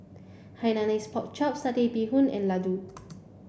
Hainanese Pork Chop Satay Bee Hoon and Laddu